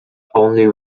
only